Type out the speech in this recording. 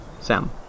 Sam